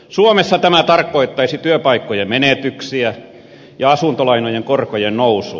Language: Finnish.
suomessa tämä tarkoittaisi työpaikkojen menetyksiä ja asuntolainojen korkojen nousua